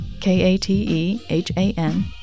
K-A-T-E-H-A-N